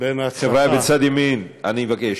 בין הצלחה, חברי מצד ימין, אני מבקש.